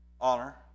honor